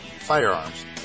firearms